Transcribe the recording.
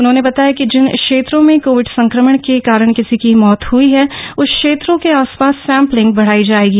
उन्होने बताया कि जिन क्षेत्रों में कोविड संक्रमण के कारण किसी की मौतें हई हैं उन क्षेत्रों के आसपास सेम्पलिंग बढायी जायेगी